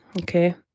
okay